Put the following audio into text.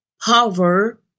hover